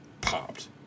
popped